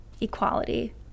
equality